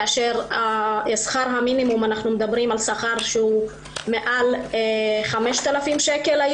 כאשר שכר המינימום הוא מעל 5,000 שקל.